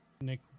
Nick